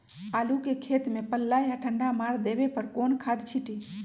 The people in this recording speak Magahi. आलू के खेत में पल्ला या ठंडा मार देवे पर कौन खाद छींटी?